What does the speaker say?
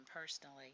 personally